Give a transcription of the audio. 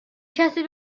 کسی